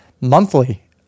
monthly